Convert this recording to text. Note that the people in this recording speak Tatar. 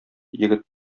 егет